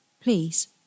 Please